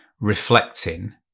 reflecting